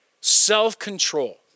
self-control